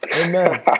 Amen